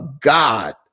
God